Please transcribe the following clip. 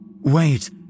Wait